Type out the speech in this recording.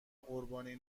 قربانی